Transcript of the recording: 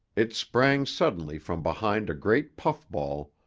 it sprang suddenly from behind a great puff-ball,